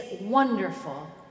wonderful